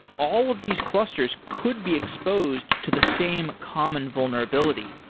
all of these clusters could be exposed to the same common vulnerability